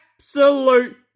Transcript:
Absolute